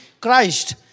Christ